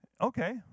Okay